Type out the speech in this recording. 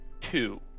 two